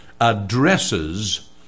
addresses